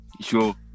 sure